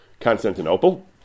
Constantinople